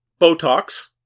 Botox